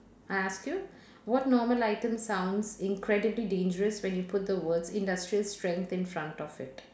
I ask you what normal items sounds incredibly dangerous when you put the words industrial strength in front of it